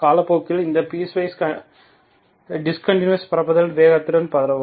காலப்போக்கில் இந்த டிஸ்கண்டினுவுஸ் பரப்புதலின் வேகத்துடன் பரவும்